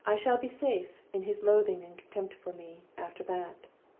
i shall be safe in his loathing and contempt for me, after that.